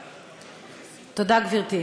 תודה, גברתי.